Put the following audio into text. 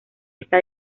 esta